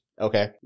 Okay